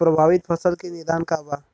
प्रभावित फसल के निदान का बा?